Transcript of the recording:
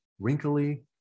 wrinkly